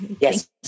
yes